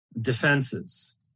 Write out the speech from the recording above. defenses